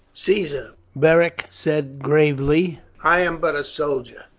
caesar, beric said gravely, i am but a soldier,